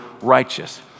righteous